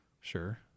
Sure